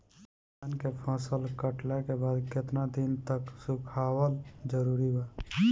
धान के फसल कटला के बाद केतना दिन तक सुखावल जरूरी बा?